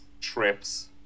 trips